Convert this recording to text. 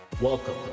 Welcome